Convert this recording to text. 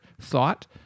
thought